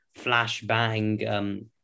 flashbang